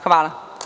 Hvala.